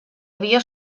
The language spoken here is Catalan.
havia